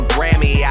Grammy